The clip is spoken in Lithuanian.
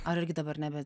ar irgi dabar nebe